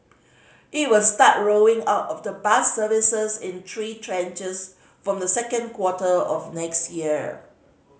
it will start rolling out of the bus services in three tranches from the second quarter of next year